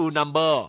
number